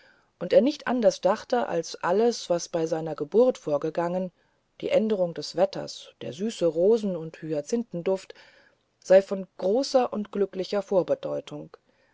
und er nicht anders dachte als alles was bei seiner geburt vorgegangen die änderung des wetters der süße rosen und hyazinthenduft sei von großer und glücklicher vorbedeutung